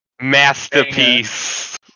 Masterpiece